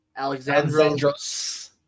Alexandros